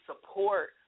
support